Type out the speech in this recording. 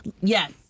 Yes